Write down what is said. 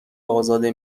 ازاده